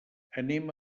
anem